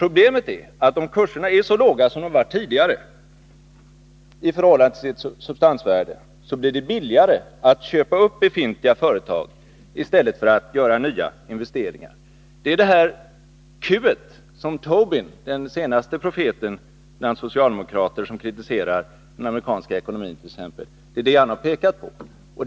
Problemet är att om kurserna är så låga i förhållande till sitt substansvärde som de varit tidigare, så blir det billigare att köpa upp befintliga företag än att göra nyinvesteringar. Det är denna Q-faktor som Tobin, den senaste profeten bland socialdemokrater som kritiserar den amerikanska ekonomin, har pekat på.